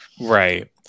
Right